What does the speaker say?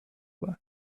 class